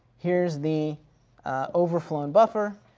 here's the overflowing buffer,